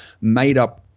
made-up